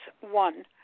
one